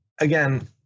Again